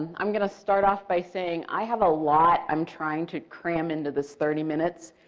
i'm going to start off by saying i have a lot, i'm trying to cram into this thirty minutes,